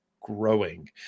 growing